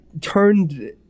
turned